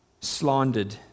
slandered